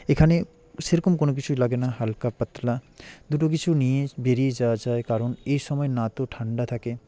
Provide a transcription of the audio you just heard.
এখানে সেরকম কোনও কিছুই লাগে না হালকা পাতলা দুটো কিছু নিয়ে বেরিয়ে যাওয়া যায় কারণ এই সময় না তো ঠাণ্ডা থাকে